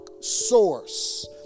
source